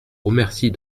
remercie